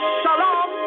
shalom